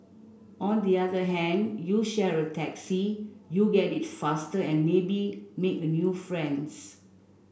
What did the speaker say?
on the other hand you share a taxi you get it faster and maybe make a new friends